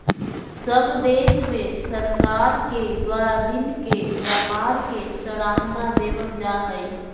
सब देश में सरकार के द्वारा दिन के व्यापार के सराहना देवल जा हइ